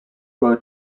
wrote